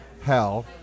hell